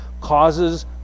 causes